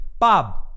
Bob